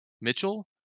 Mitchell